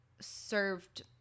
served